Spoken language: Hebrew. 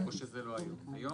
היום?